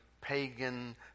pagan